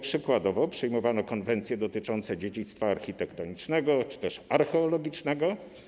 Przykładowo przyjmowano konwencje dotyczące dziedzictwa architektonicznego czy też archeologicznego.